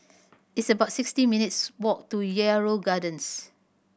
it's about sixty minutes' walk to Yarrow Gardens